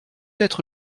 être